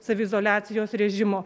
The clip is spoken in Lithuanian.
saviizoliacijos režimo